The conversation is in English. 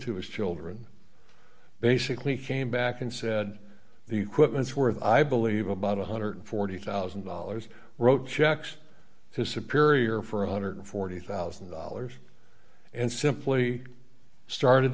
to his children basically came back and said the equipment is worth i believe about one hundred and forty thousand dollars wrote checks his superior for one hundred and forty thousand dollars and simply started